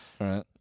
right